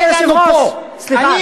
אדוני היושב-ראש, אל תצעק עלי, סליחה.